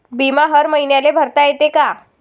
बिमा हर मईन्याले भरता येते का?